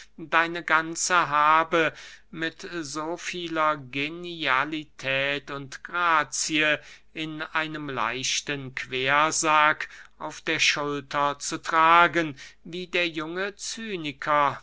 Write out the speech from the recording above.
deine ganze habe mit so vieler genialität und grazie in einem leichten quersack auf der schulter zu tragen wie der junge